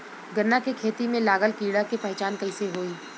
गन्ना के खेती में लागल कीड़ा के पहचान कैसे होयी?